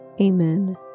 Amen